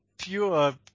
pure